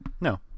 No